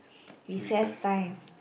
recess time